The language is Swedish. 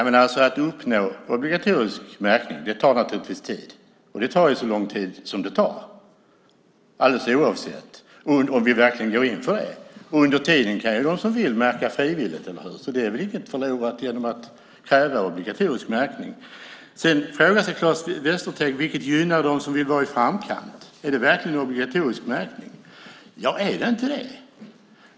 Fru talman! Att uppnå obligatorisk märkning tar naturligtvis tid. Det tar den tid det tar om vi går in för det. Under tiden kan de som vill märka frivilligt. Det är väl inget förlorat genom att kräva obligatorisk märkning. Sedan frågar Claes Västerteg vad det är som gynnar dem som vill vara i framkant, om det verkligen är obligatorisk märkning? Ja, är det inte det?